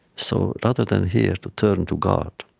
so rather than here to turn to god,